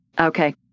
Okay